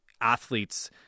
athletes